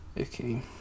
okay